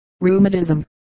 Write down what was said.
rheumatism